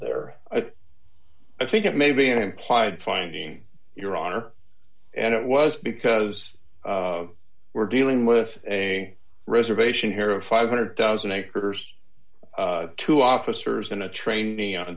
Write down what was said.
there i think it may be an implied finding your honor and it was because we're dealing with a reservation here of five hundred thousand acres two officers in a train